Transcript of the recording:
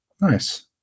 Nice